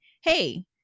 Hey